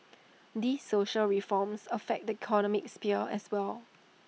these social reforms affect the economic sphere as well